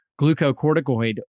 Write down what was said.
glucocorticoid